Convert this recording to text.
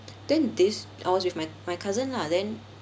then this I was with my my cousin lah then